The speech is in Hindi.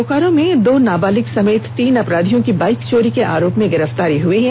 बोकारो में दो नाबालिग समेत तीन अपराधियों की बाईक चारी के आरोप में गिरफ्तारी हुई है